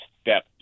step